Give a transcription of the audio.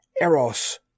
Eros